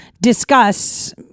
discuss